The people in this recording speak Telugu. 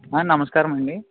నమస్కారమండీ